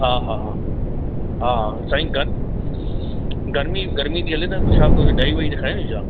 हा हा हा हा साईं गर्मी गर्मी थी हले त छा कोई ॾही वई रखाइयूं छा